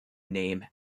name